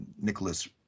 Nicholas